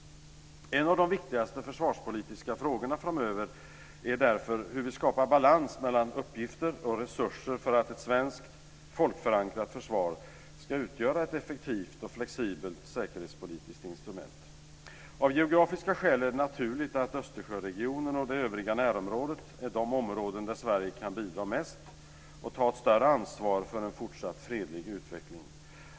En av de viktigaste försvarspolitiska frågorna framöver är därför hur vi skapar balans mellan uppgifter och resurser för att ett svenskt folkförankrat försvar ska utgöra ett effektivt och flexibelt säkerhetspolitiskt instrument. Av geografiska skäl är det naturligt att Östersjöregionen och det övriga närområdet är de områden där Sverige kan bidra mest och ta ett större ansvar för en fortsatt fredlig utveckling.